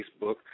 Facebook